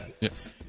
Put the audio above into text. Yes